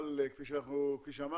אבל כפי שאמרתי,